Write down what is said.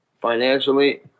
Financially